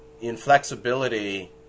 Inflexibility